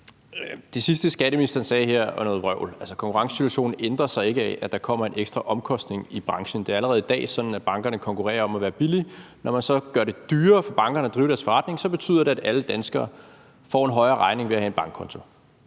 Det sidste, skatteministeren sagde her, er noget vrøvl. Altså, konkurrencesituationen ændrer sig ikke af, at der kommer en ekstra omkostning i branchen. Det er allerede i dag sådan, at bankerne konkurrerer om at være billige. Når man så gør det dyrere for bankerne at drive deres forretning, betyder det, at alle danskere får en højere gebyrregning ved at have en bankkonto.